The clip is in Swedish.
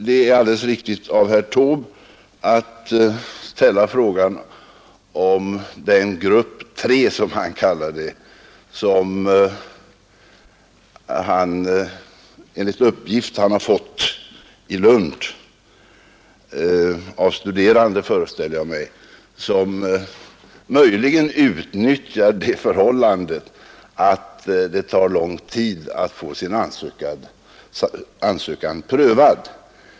Det är alldeles riktigt av herr Taube att ställa frågan om vad han kallar grupp tre, som enligt uppgift, vilken jag föreställer mig att han har fått från studerande i Lund, möjligen utnyttjar det förhållandet att det tar läng tid att få sin ansökan prövad.